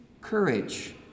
courage